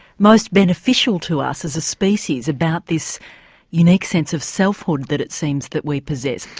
most beneficial to us as a species about this unique sense of selfhood that it seems that we possess?